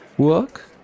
Work